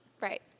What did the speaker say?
Right